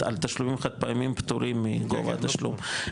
על תשלומים חד-פעמיים פטורים מגובה התשלום,